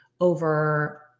over